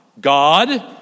God